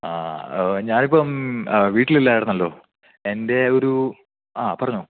ആ ഞാൻ ഇപ്പം വീട്ടിലില്ലായിരുന്നല്ലോ എൻ്റെ ഒരു ആ പറഞ്ഞോ